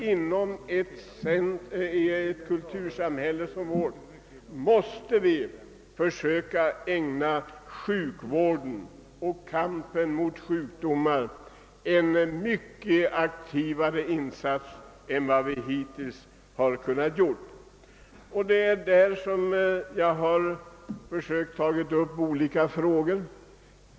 Inom ett kultursamhälle som vårt måste vi försöka ägna sjukvården och kampen mot sjukdomar en mycket aktivare insats än vi hittills kunnat göra. Det är med denna målsättning som jag tagit upp olika frågor.